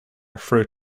fruit